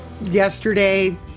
yesterday